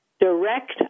direct